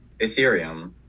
Ethereum